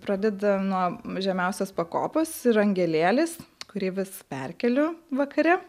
pradeda nuo žemiausios pakopos ir angelėlis kurį vis perkeliu vakare